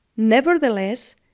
Nevertheless